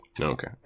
Okay